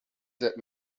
that